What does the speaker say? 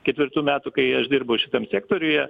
ketvirtų metų kai aš dirbu šitam sektoriuje